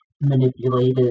manipulated